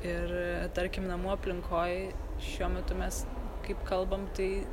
ir tarkim namų aplinkoj šiuo metu mes kaip kalbam tai